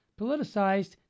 politicized